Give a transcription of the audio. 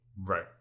Right